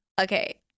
Okay